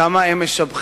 כמה הם משבחים,